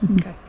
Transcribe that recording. Okay